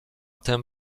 tym